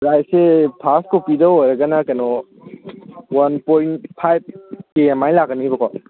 ꯄ꯭ꯔꯥꯏꯁꯁꯦ ꯐꯥꯔꯁ ꯀꯣꯄꯤꯗ ꯑꯣꯏꯔꯒꯅ ꯀꯩꯅꯣ ꯋꯥꯟ ꯄꯣꯏꯟ ꯐꯥꯏꯚ ꯀꯦ ꯑꯃꯥꯏꯅ ꯂꯥꯛꯀꯅꯦꯕꯀꯣ